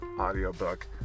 audiobook